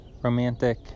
romantic